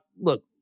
Look